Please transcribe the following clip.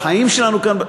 החיים שלנו כאן,